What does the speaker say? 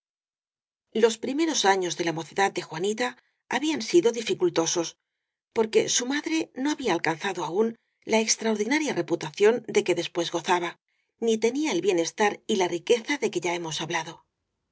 los primeros años de la mocedad de juanita ha bían sido dificultosos porque su madre no había alcanzado aún la extraordinaria reputación de que después gozaba ni tenía el bienestar y la riqueza de que ya hemos hablado